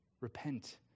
Repent